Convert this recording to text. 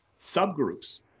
subgroups